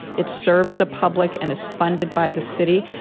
it serves the public and is funded by the city,